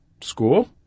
school